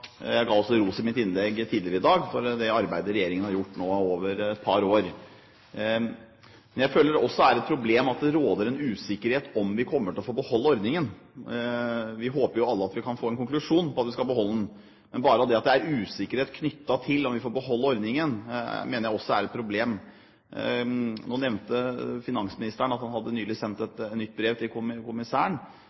Jeg ga også ros i mitt innlegg tidligere i dag for det arbeidet regjeringen nå har gjort over et par år. Men jeg føler det er et problem at det råder en usikkerhet om vi kommer til å få beholde ordningen. Vi håper jo alle at vi kan få som konklusjon at vi skal beholde den. Men bare det at det er usikkerhet knyttet til om vi får beholde ordningen, mener jeg er et problem. Nå nevnte finansministeren at han nylig hadde sendt et nytt brev til kommissæren.